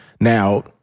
Now